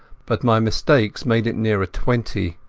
but my mistakes made it nearer twenty.